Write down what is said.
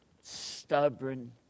stubborn